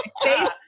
Face